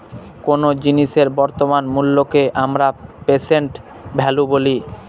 কোন জিনিসের বর্তমান মুল্যকে আমরা প্রেসেন্ট ভ্যালু বলি